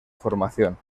formación